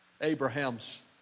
Abraham's